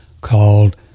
called